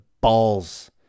balls